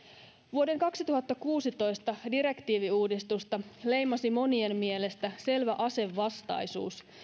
vuoden kaksituhattakuusitoista direktiiviuudistusta leimasi monien mielestä selvä asevastaisuus